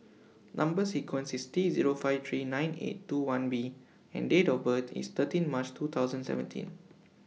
Number sequence IS T Zero five three nine eight two one B and Date of birth IS thirteen March two thousand seventeen